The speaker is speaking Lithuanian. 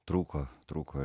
trūko trūko